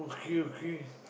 okay okay